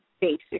basic